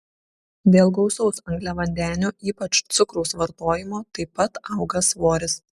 dėl gausaus angliavandenių ypač cukraus vartojimo taip pat auga svoris